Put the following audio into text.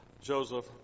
Joseph